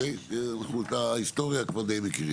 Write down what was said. אנחנו את ההיסטוריה כבר דיי מכירים.